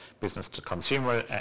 business-to-consumer